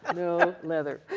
ah no leather.